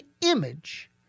image